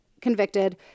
convicted